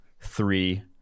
three